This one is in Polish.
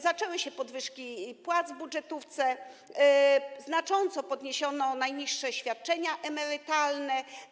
Zaczęły się podwyżki płac w budżetówce, znacząco podniesiono najniższe świadczenia emerytalne.